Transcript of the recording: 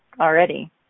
already